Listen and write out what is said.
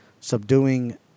Subduing